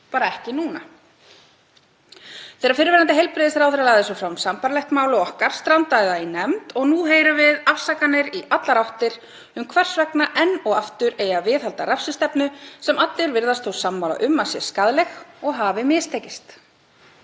bara ekki núna. Þegar fyrrverandi heilbrigðisráðherra lagði svo fram sambærilegt mál og okkar strandaði það í nefnd og nú heyrum við afsakanir í allar áttir um hvers vegna enn og aftur eigi að viðhalda refsistefnu sem allir virðast þó sammála um að sé skaðleg og hafi mistekist.